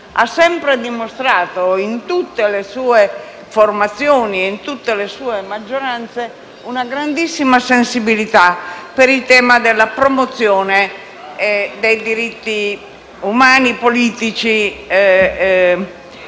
ha sempre dimostrato, in tutte le sue formazioni e in tutte le sue maggioranze, una grandissima sensibilità per il tema della promozione dei diritti umani e politici